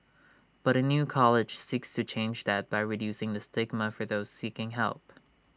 but A new college seeks to change that by reducing the stigma for those seeking help